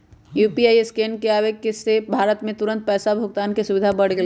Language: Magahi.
यू.पी.आई स्कैन के आवे से भारत में तुरंत पैसा भुगतान के सुविधा बढ़ गैले है